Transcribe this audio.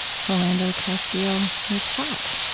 philando castile was shot.